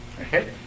Okay